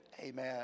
amen